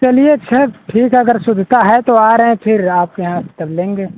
चलिए अच्छा ठीक है अगर सुझता है तो आ रहे हैं फिर आपके यहाँ तब लेंगे